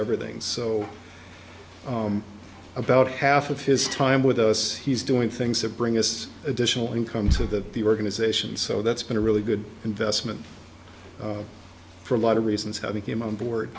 everything so about half of his time with us he's doing things that bring us additional income so that the organization so that's been a really good investment for a lot of reasons how he came on board